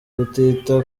kutita